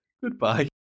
Goodbye